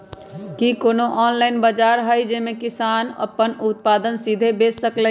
कि कोनो ऑनलाइन बाजार हइ जे में किसान अपन उत्पादन सीधे बेच सकलई ह?